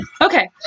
okay